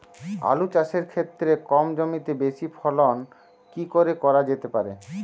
আলু চাষের ক্ষেত্রে কম জমিতে বেশি ফলন কি করে করা যেতে পারে?